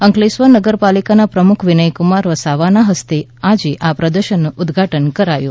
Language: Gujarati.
અંકલેશ્વર નગરપાલિકાના પ્રમુખ વિનયકુમાર વસાવાના હસ્તે આજે આ પ્રદર્શનનું ઉદઘાટન કરાયું